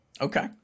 Okay